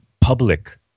public